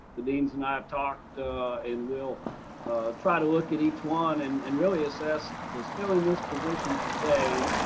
the deans and i have talked and we'll try to look at each one and and really assess this, filling this position today,